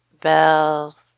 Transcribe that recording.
bell